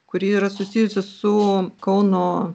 kuri yra susijusi su kauno